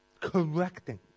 Correcting